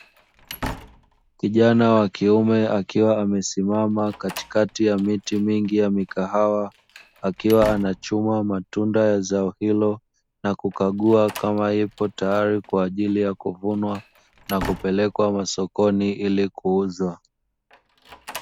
Kijana wa kiume akiwa amesimama katikati ya miti mingi ya mikahawa akiwa anachuma matunda ya zao hilo, na kukagua kama ipo tayari kwa ajili ya kuvunwa na kupelekwa masokoni ili kuuzwa.